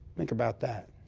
think about that.